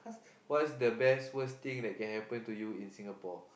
what's the best worst thing that can happen to you in Singapore